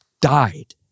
died